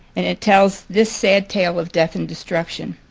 and it tells this sad tale of death and destruction.